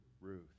Ruth